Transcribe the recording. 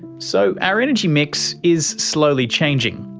so our energy mix is slowly changing,